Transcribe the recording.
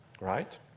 right